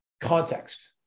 context